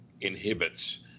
inhibits